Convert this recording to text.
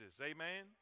Amen